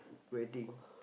wedding